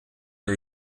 new